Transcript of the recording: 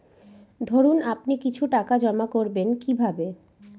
ধরুন আপনি কিছু টাকা জমা করবেন কিভাবে?